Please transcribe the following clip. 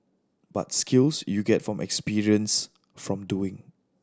but skills you get from experience from doing